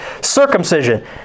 Circumcision